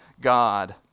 God